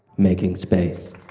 making space.